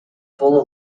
full